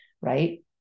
right